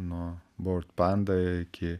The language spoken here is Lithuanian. nuo bored panda iki